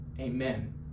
amen